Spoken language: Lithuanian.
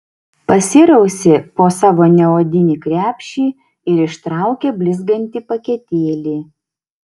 pasirausė po savo neodinį krepšį ir ištraukė blizgantį paketėlį